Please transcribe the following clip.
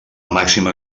màxima